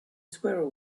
squirrel